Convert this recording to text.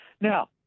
Now